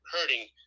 hurting